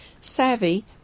Savvy